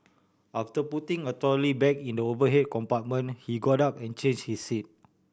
after putting a trolley bag in the overhead compartment he got up and change his seat